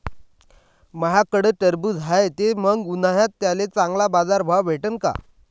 माह्याकडं टरबूज हाये त मंग उन्हाळ्यात त्याले चांगला बाजार भाव भेटन का?